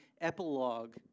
epilogue